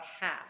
half